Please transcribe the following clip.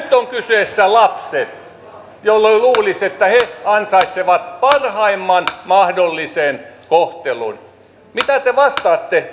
on kyseessä lapset jolloin luulisi että he ansaitsevat parhaimman mahdollisen kohtelun mitä te vastaatte